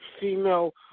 female